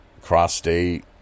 cross-state